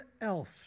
else